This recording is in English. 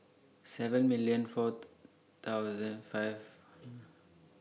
seven million forty thousand five